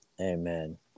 Amen